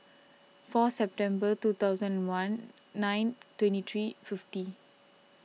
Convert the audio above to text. four September two thousand and one nine twenty three fifty